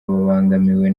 babangamiwe